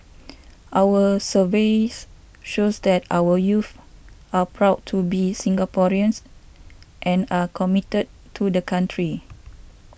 our surveys shows that our youths are proud to be Singaporeans and are committed to the country